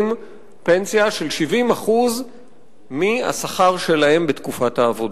פנסיה של 70% מהשכר שלהם בתקופת העבודה,